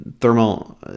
thermal